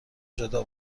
جدا